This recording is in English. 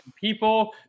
people